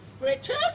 Richard